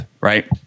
right